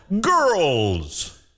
girls